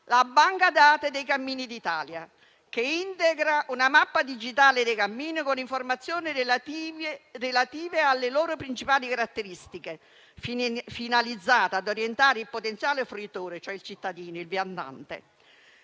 la banca dati dei cammini d'Italia, che integra una mappa digitale dei cammini con informazioni relative alle loro principali caratteristiche, finalizzata ad orientare il potenziale fruitore, cioè il cittadino, il viandante.